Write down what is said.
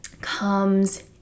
comes